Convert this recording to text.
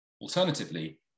Alternatively